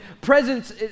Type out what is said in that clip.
presence